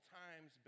times